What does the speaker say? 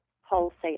wholesale